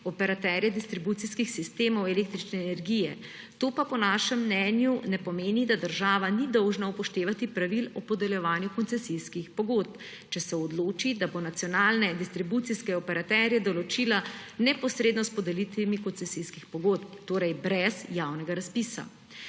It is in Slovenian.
operaterja distribucijskih sistemov električne energije, to pa po našem mnenju ne pomeni, da država ni dolžna upoštevati pravil o podeljevanju koncesijskih pogodb, če se odloči, da bo nacionalne distribucijske operaterje določila neposredno s podelitvami koncesijskih pogodb, torej brez javnega razpisa.